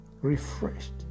refreshed